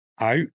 out